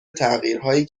تغییرهایی